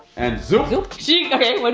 and zoop! zoop! she okay, what